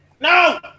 no